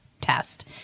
test